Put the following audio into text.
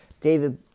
David